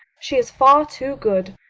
she is far too good.